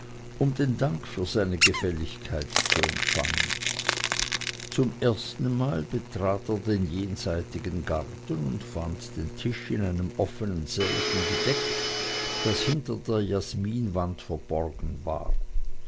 um den dank für seine gefälligkeit zu empfangen zum ersten mal betrat er den jenseitigen garten und fand den tisch in einem offenen sälchen gedeckt das hinter der jasminwand verborgen war